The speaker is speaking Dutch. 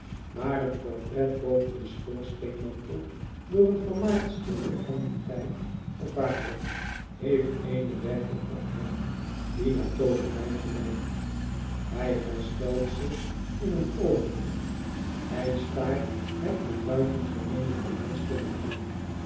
maar een portret boven den schoorsteenmantel door een vermaard schilder van dien tijd vervaardigd heeft eene werking op hem die naar tooverij gelijkt hij herstelt zich in een oogenblik hij staart het met buitengemeene belangstelling aan